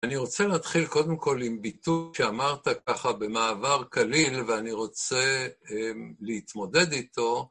אני רוצה להתחיל קודם כל עם ביטוי שאמרת ככה במעבר קליל ואני רוצה להתמודד איתו.